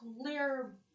clear